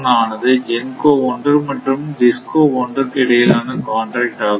ஆனது GENCO 1 மற்றும் DISCO 1 க்கு இடையிலான கண்டாக்ட் ஆகும்